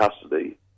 custody